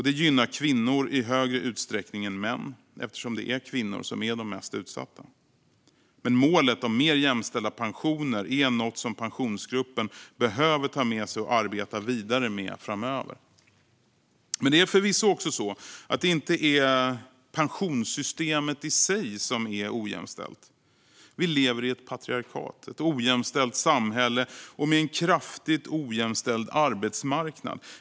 Den gynnar kvinnor i högre utsträckning än män, eftersom det är kvinnor som är mest utsatta. Men målet om mer jämställda pensioner är något som Pensionsgruppen behöver ta med sig och arbeta vidare med framöver. Men det är inte pensionssystemet i sig som är ojämställt. Vi lever i ett patriarkat. Det är ett ojämställt samhälle med en kraftigt ojämställd arbetsmarknad.